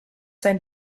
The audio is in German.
sein